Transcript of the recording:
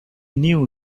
knew